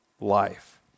life